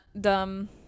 dumb